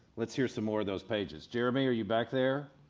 let's here some more of those pages, jeremy, are you back there?